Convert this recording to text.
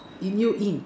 inhale in